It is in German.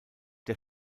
der